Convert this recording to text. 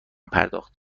پرداخت